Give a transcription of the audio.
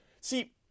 see